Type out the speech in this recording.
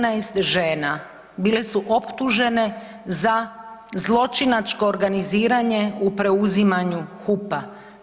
14 žena, bile su optužene za zločinačko organiziranje u preuzimanju HUP-a.